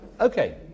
Okay